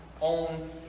on